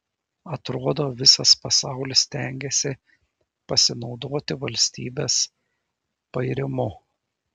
atrodo visas pasaulis stengiasi pasinaudoti valstybės pairimu